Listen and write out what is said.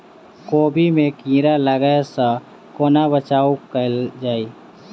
कोबी मे कीड़ा लागै सअ कोना बचाऊ कैल जाएँ?